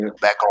back